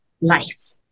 life